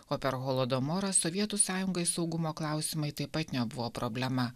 o per holodomorą sovietų sąjungai saugumo klausimai taip pat nebuvo problema